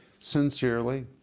sincerely